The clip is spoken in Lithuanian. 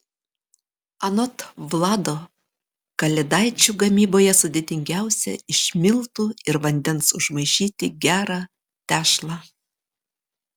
anot vlado kalėdaičių gamyboje sudėtingiausia iš miltų ir vandens užmaišyti gerą tešlą